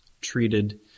treated